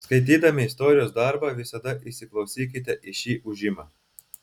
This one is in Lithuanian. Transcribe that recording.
skaitydami istorijos darbą visada įsiklausykite į šį ūžimą